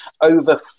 over